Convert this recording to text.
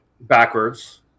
backwards